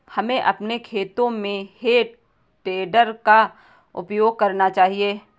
हमें अपने खेतों में हे टेडर का प्रयोग करना चाहिए